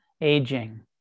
aging